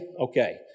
Okay